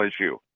issue